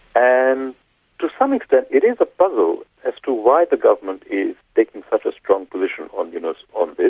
and to some extent it is a puzzle as to why the government is taking such a strong position on yunus on this.